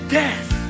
death